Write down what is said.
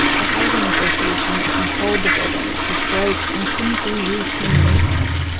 the housing association that controlled the buildings was broke and couldn't do routine maintenance.